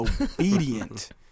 obedient